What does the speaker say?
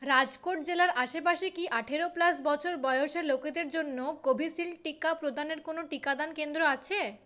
রাজকোট জেলার আশেপাশে কি আঠেরো প্লাস বছর বয়সের লোকেদের জন্য কোভিশিল্ড টিকা প্রদানের কোনও টিকাদান কেন্দ্র আছে